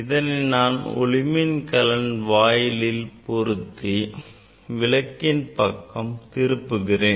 இதனை நான் ஒளிமின் கலனின் வாயிலில் பொருத்தி விளக்கின் பக்கம் திரும்புகிறேன்